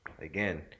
again